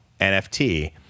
NFT